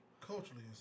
Culturally